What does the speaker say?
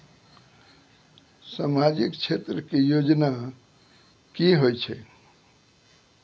समाजिक क्षेत्र के योजना की होय छै?